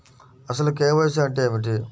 అసలు కే.వై.సి అంటే ఏమిటి?